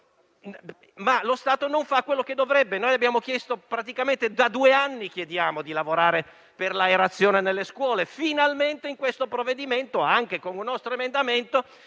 lo Stato non fa quello che dovrebbe. Noi abbiamo chiesto, praticamente da due anni, di lavorare per l'aerazione nelle scuole e finalmente in questo provvedimento, anche grazie a un nostro emendamento,